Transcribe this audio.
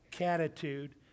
attitude